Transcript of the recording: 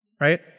Right